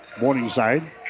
Morningside